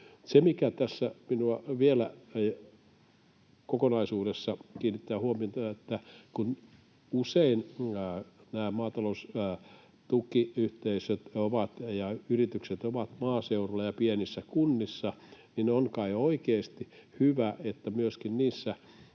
Se, mikä tässä kokonaisuudessa vielä kiinnittää huomiotani, on se, että kun usein nämä maataloustukiyhteisöt ja -yritykset ovat maaseudulla ja pienissä kunnissa, niin on kai oikeasti hyvä, että myöskin niissä